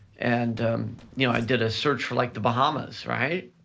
and you know i did a search for like the bahamas, right?